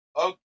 Okay